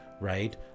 Right